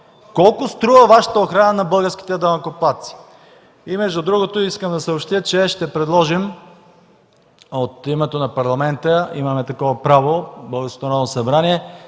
Колко струва Вашата охрана на българските данъкоплатци? Между другото искам да съобщя, че ще предложим от името на парламента, имаме такова право, българското Народно събрание